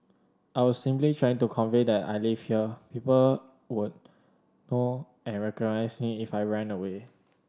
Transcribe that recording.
I was simply trying to convey that I lived here people would know and recognize me if I ran away